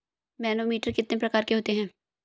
Manometer कितने प्रकार के होते हैं?